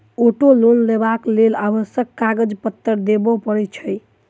auto loan लेबाक लेल आवश्यक कागज पत्तर देबअ पड़ैत छै